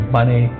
money